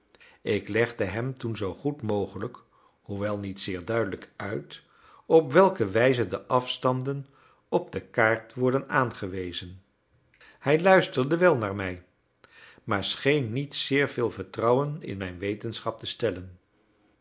ik legde hem toen zoo goed mogelijk hoewel niet zeer duidelijk uit op welke wijze de afstanden op de kaart worden aangewezen hij luisterde wel naar mij maar scheen niet zeer veel vertrouwen in mijn wetenschap te stellen